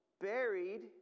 Buried